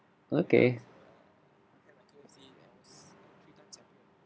okay